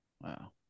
Wow